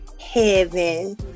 Heaven